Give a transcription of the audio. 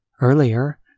Earlier